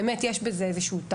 באמת יש בזה איזשהו טעם.